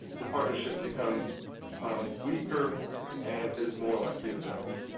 the partnership becomes um weaker and is more likely to fail.